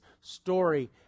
story